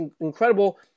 incredible